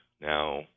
now